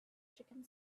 chicken